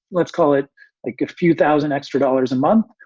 let's call it a good few thousand extra dollars a month.